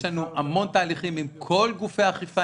יש לנו המון תהליכים עם כל גופי האכיפה,